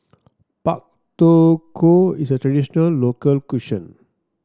Pak Thong Ko is a traditional local cuisine